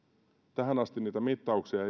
tähän asti niitä mittauksia